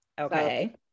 Okay